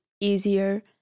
easier